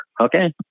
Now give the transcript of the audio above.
Okay